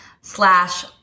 slash